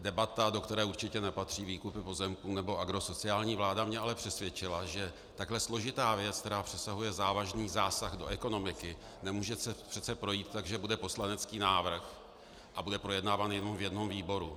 Debata, do které určitě nepatří výkupy pozemků nebo agrosociální vláda, mě ale přesvědčila, že takhle složitá věc, která představuje závažný zásah do ekonomiky, nemůže přece projít tak, že bude poslanecký návrh a bude projednáván jenom v jednom výboru.